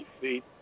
feet